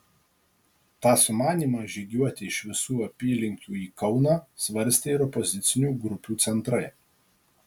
tą sumanymą žygiuoti iš visų apylinkių į kauną svarstė ir opozicinių grupių centrai